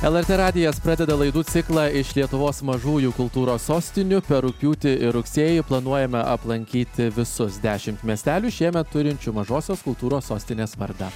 lrt radijas pradeda laidų ciklą iš lietuvos mažųjų kultūros sostinių per rugpjūtį ir rugsėjį planuojame aplankyti visus dešim miestelių šiemet turinčių mažosios kultūros sostinės vardą